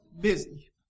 busy